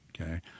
okay